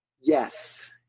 Yes